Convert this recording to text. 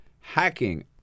hacking